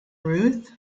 ruth